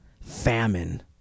Famine